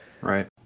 Right